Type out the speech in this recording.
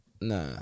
Nah